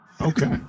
Okay